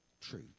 true